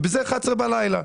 וזה ב-11 בלילה.